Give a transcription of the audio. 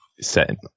set